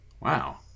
Wow